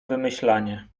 wymyślanie